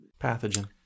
pathogen